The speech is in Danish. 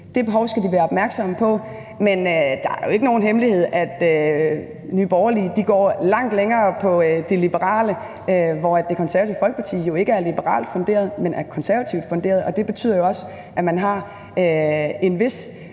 Det behov skal de være opmærksomme på. Men det er jo ikke nogen hemmelighed, at Nye Borgerlige går meget langt i forhold til det liberale, hvor Det Konservative Folkeparti jo ikke er liberalt funderet, men konservativt funderet, og det betyder også, at man har en